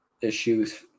issues